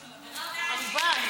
כמובן.